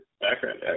background